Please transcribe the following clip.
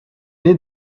nait